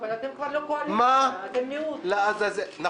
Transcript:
מה לעזאזל --- אבל אתם כבר לא קואליציה.